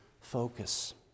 focus